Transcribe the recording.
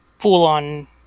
full-on